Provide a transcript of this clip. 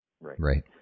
Right